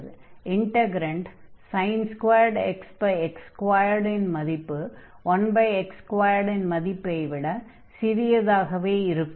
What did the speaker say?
integrand x x2 இன் மதிப்பு 1x2 இன் மதிப்பை விட சிறியதாகவே இருக்கும்